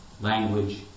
Language